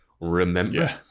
Remember